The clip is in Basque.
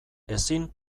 ezin